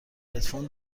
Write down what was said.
هدفون